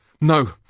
no